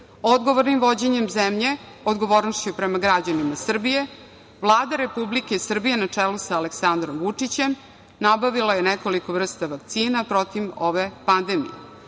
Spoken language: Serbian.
Odgovornim vođenjem zemlje odgovornošću prema građanima Srbije Vlada Republike Srbije na čelu sa Aleksandrom Vučićem nabavila je nekoliko vrsta vakcina protiv ove pandemije.